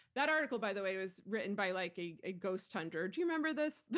that article, by the way, was written by like a a ghost hunter. do you remember this,